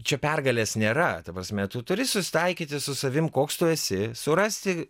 čia pergalės nėra ta prasme tu turi susitaikyti su savim koks tu esi surasti